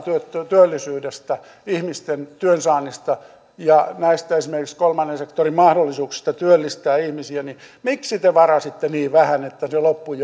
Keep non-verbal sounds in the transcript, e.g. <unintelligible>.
työllisyydestä ihmisten työn saannista ja esimerkiksi näistä kolmannen sektorin mahdollisuuksista työllistää ihmisiä niin miksi te varasitte niin vähän että se loppui <unintelligible>